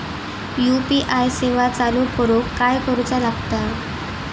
UPI सेवा चालू करूक काय करूचा लागता?